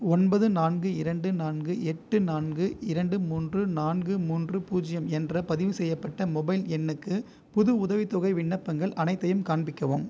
ஒன்பது நான்கு இரண்டு நான்கு எட்டு நான்கு இரண்டு மூன்று நான்கு மூன்று பூஜ்ஜியம் என்ற பதிவு செய்யப்பட்ட மொபைல் எண்ணுக்கு புது உதவித்தொகை விண்ணப்பங்கள் அனைத்தையும் காண்பிக்கவும்